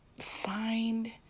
find